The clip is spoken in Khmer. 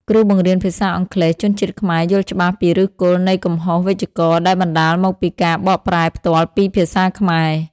គ្រូបង្រៀនភាសាអង់គ្លេសជនជាតិខ្មែរយល់ច្បាស់ពីឫសគល់នៃកំហុសវេយ្យាករណ៍ដែលបណ្តាលមកពីការបកប្រែផ្ទាល់ពីភាសាខ្មែរ។